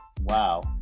Wow